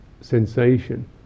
sensation